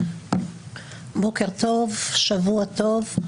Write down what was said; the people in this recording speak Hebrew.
בוקר טוב, שבוע טוב.